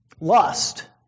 lust